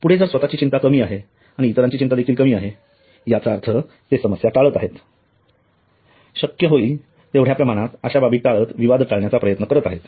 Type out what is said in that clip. पुढे जर स्वतची चिंता कमी आहे आणि इतरांची चिंता देखील कमी आहे तर याचा अर्थ ते समस्या टाळत आहेत शक्य होईल तेवढ्या प्रमाणात अश्या बाबी टाळत विवाद टाळण्याचा प्रयत्न करत आहेत